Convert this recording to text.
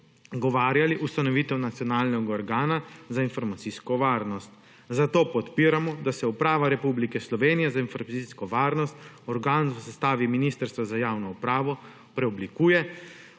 zagovarjali ustanovitev nacionalnega organa za informacijsko varnost. 17. TRAK (VI) 12.00 (nadaljevanje) Zato podpiramo, da se Uprava Republike Slovenije za informacijsko varnost, organ v sestavi Ministrstva za javno upravo, preoblikuje